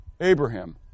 Abraham